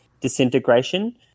disintegration